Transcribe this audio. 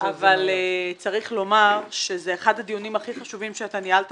אבל צריך לומר שזה אחד הדיונים הכי חשובים שניהלת